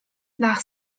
nach